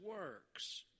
works